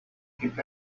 keep